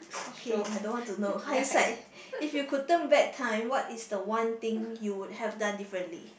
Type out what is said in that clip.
okay I don't want to know hind side if you could turn back time what is the one thing you would have done differently